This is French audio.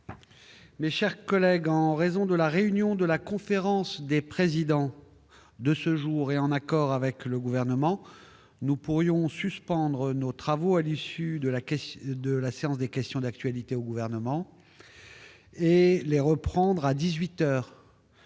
Mes chers collègues, en raison de la réunion de la conférence des présidents de ce jour, et en accord avec le Gouvernement, nous pourrions suspendre nos travaux à l'issue de la séance de questions d'actualité au Gouvernement et les reprendre à dix-huit